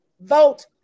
Vote